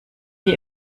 die